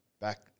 back